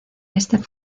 este